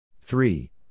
Three